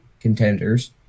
contenders